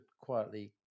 quietly